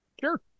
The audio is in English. Sure